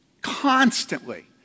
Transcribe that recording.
constantly